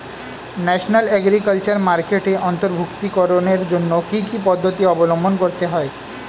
National agriculture মার্কেটে অন্তর্ভুক্তিকরণের জন্য কি কি পদ্ধতি অবলম্বন করতে হয়?